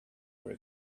were